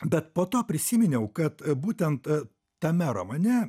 bet po to prisiminiau kad būtent tame romane